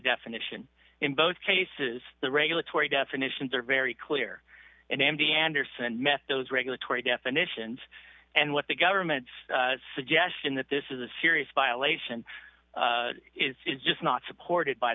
definition in both cases the regulatory definitions are very clear and m d anderson met those regulatory definitions and what the government's suggesting that this is a serious violation is just not supported by